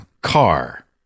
car